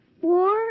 four